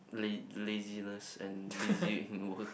laz~ laziness and busy with work